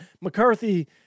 McCarthy